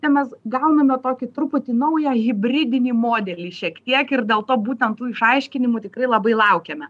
čia mes gauname tokį truputį naują hibridinį modelį šiek tiek ir dėl to būtent tų išaiškinimų tikrai labai laukiame